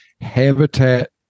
Habitat